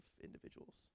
individuals